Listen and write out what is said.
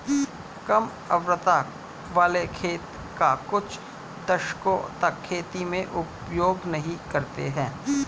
कम उर्वरता वाले खेत का कुछ दशकों तक खेती में उपयोग नहीं करते हैं